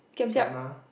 kana